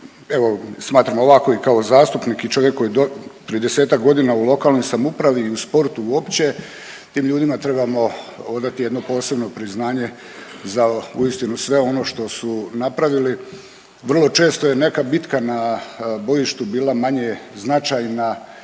Evo smatram ovako i kao zastupnik i čovjek koji je 30-tak godina u lokalnoj samoupravi i u sportu uopće tim ljudima trebamo odati jedno posebno priznanje za uistinu sve ono što su napravili. Vrlo često je neka bitka na bojištu bila manje značajna